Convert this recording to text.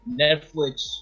Netflix